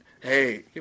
hey